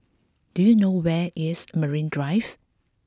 do you know where is Marine Drive